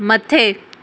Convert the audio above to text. मथे